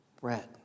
bread